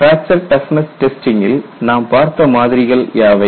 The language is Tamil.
பிராக்சர் டஃப்னஸ் டெஸ்டிங்கில் நாம் பார்த்த மாதிரிகள் யாவை